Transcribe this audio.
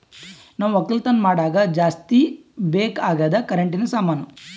ನಾವ್ ಒಕ್ಕಲತನ್ ಮಾಡಾಗ ಜಾಸ್ತಿ ಬೇಕ್ ಅಗಾದ್ ಕರೆಂಟಿನ ಸಾಮಾನು